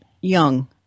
young